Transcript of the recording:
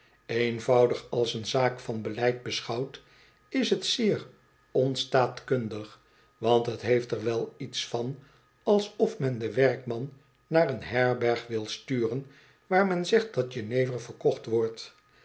eenvoudig als een zaak van beleid beschouwd is t zeer ontstaatkundig want het heeft er wel iets van alsof men den werkman naar een herberg wil sturen waar men zegt dat jenever verkocht wordt